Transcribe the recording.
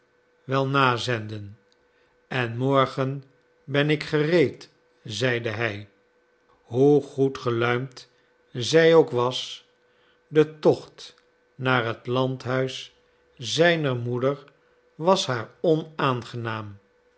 wel nazenden en morgen ben ik gereed zeide hij hoe goed geluimd zij ook was de tocht naar het landhuis zijner moeder was haar onaangenaam